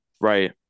right